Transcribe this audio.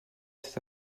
cet